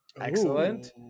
excellent